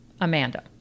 Amanda